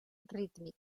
rítmic